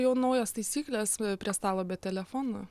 jau naujos taisyklės prie stalo bet telefonų